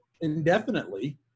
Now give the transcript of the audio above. indefinitely